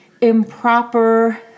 improper